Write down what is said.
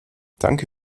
danke